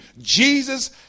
Jesus